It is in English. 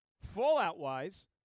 fallout-wise